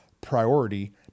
priority